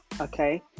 Okay